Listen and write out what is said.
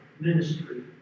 ministry